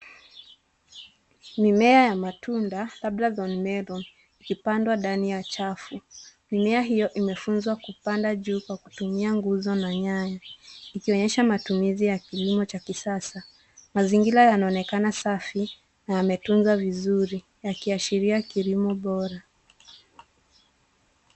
Mimea ya matunda labda thornmelon yakipandwa ndani ya chafu. Mimea hiyo imeunzwa kupanda juu kwa kutumia nguzo na nyaya, ikionyesha matumizi ya kilimo cha kisasa. Mazingira yanaonekana safi na yametuzwa vizuri yakiashiria kilimo bora.